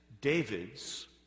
David's